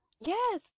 yes